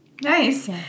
Nice